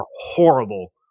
horrible